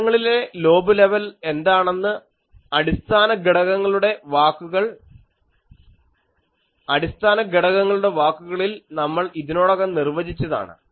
വശങ്ങളിലെ lobe level എന്താണെന്ന് അടിസ്ഥാന ഘടകങ്ങളുടെ വാക്കുകളിൽ നമ്മൾ ഇതിനോടകം നിർവചിച്ചതാണ്